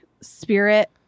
spirit